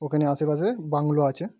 ওখানে আশেপাশে বাংলো আছে